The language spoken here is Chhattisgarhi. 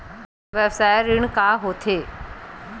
व्यवसाय ऋण का होथे?